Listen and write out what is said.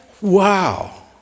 wow